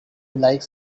like